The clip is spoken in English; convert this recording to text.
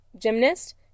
gymnast